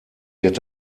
wird